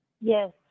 Yes